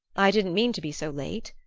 i didn't mean to be so late,